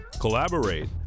collaborate